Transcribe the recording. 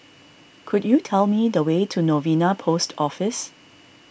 could you tell me the way to Novena Post Office